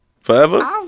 Forever